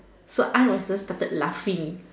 so I and my sister started laughing